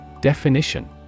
Definition